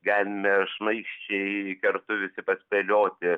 galime šmaikščiai kartu visi paspėlioti